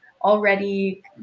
already